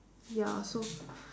ya so